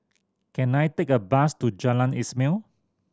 can I take a bus to Jalan Ismail